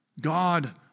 God